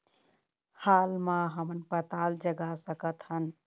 हाल मा हमन पताल जगा सकतहन?